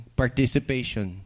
participation